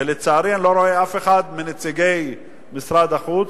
ולצערי, אני לא רואה אף אחד מנציגי משרד החוץ,